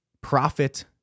profit